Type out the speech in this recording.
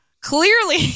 Clearly